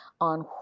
on